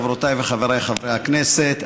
חברותיי וחבריי חברי הכנסת,